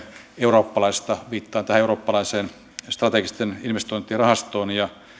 eurooppalaista viittaan tähän euroopan strategisten investointien rahastoon ja